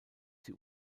sie